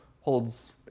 holds